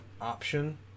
option